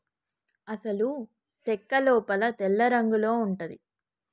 అసలు సెక్క లోపల తెల్లరంగులో ఉంటది